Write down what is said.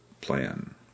plan